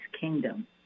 kingdom